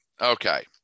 Okay